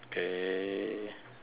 okay